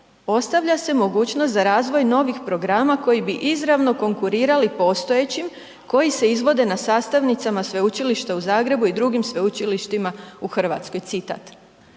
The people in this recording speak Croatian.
„Ostavlja se mogućnost za razvoj novih programa koji bi izravno konkurirali postojećim koji se izvode na sastavnicama sveučilišta u Zagrebu i drugim sveučilištima u Hrvatskoj.“ citat.